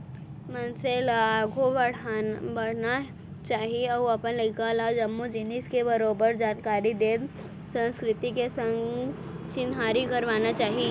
मनसे ल आघू बढ़ना चाही अउ अपन लइका ल जम्मो जिनिस के बरोबर जानकारी देत संस्कृति के संग चिन्हारी करवाना चाही